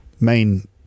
main